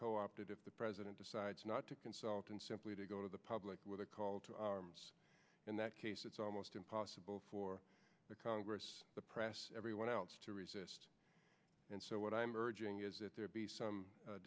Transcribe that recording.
co opted if the president decides not to consult and simply to go to the public with a call to arms in that case it's almost impossible for the congress the press everyone else to resist and so what i'm urging is that there be some